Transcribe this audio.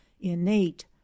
innate